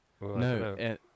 No